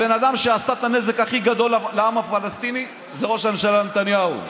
הבן אדם שעשה את הנזק הכי גדול לעם הפלסטיני זה ראש הממשלה נתניהו.